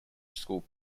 school